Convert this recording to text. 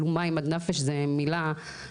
עלו מים עד נפש זה מילה עדינה.